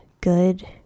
good